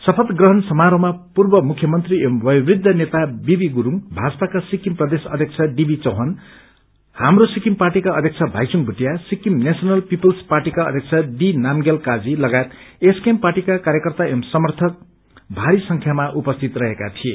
शपथ प्रहण समारोहमा पूर्व मुख्यमन्त्री एवं बयोवृद्ध नेता बीबी गुरूङ भाजपाका सिविकम प्रदेश अध्यक्ष डीबी चौहान हात्रो सिक्किम पार्टीका अध्यक्ष भाइपुङ भूटिया सिक्किम नेशनल पिपल्स पार्टीका अध्यक्ष डी नामग्याल काजी लगायत एसकेएम पार्टीका कार्यकर्ता एवं समर्यक भारी संख्यामा उपस्थित रहेका थिए